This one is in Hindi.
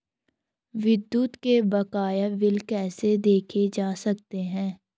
विद्युत के बकाया बिल कैसे देखे जा सकते हैं?